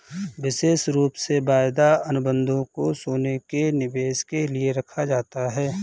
विशेष रूप से वायदा अनुबन्धों को सोने के निवेश के लिये रखा जाता है